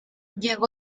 llegó